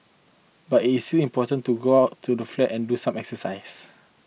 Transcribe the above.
but it is still important to go out to the flat and do some exercise